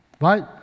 Right